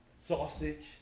sausage